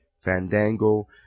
fandango